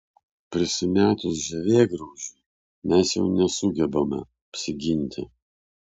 prisimetus žievėgraužiui mes jau nesugebame apsiginti